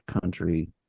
country